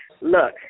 Look